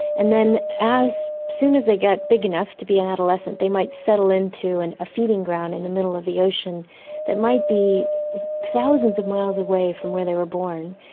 and then as soon as they get big enough to be an adolescent, they might settle into and a feeding ground in the middle of the ocean that might be thousands of miles away from where they were born,